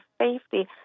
safety